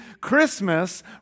Christmas